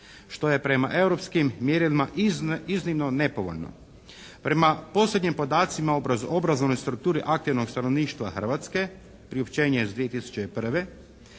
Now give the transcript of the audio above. Što je prema europskim mjerilima iznimno nepovoljno. Prema posljednjim podacima u obrazovnoj strukturi aktivnog stanovništva Hrvatske, priopćenje iz 2001.,